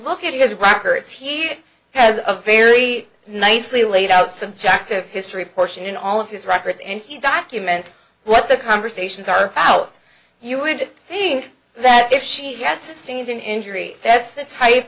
look at his records he has a very nicely laid out subjective history portion in all of his records and he documents what the conversations are out you would think that if she had sustained an injury that's the type